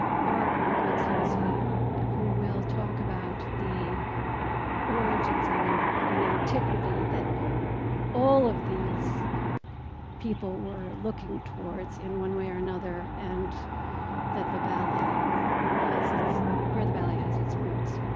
barbara graziosi who will talk about the origins and and in antiquity that all of these people were looking towards in one way or another and that the ballet has its where the ballet has its roots.